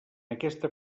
aquesta